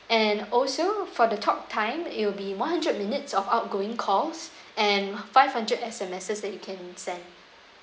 and also for the talk time it will be one hundred minutes of outgoing calls and five hundred S_M_S that you can send